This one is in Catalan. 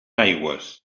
aigües